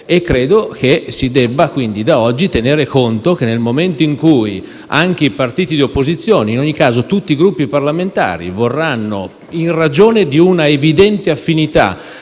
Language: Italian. credo si debba da oggi tenere conto del fatto che, nel momento in cui anche i partiti di opposizione e in ogni caso tutti i Gruppi parlamentari vorranno, in ragione di una evidente affinità,